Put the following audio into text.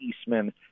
Eastman